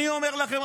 אני אומר לכם,